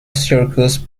circus